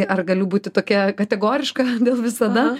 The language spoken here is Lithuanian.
ar galiu būti tokia kategoriška dėl visada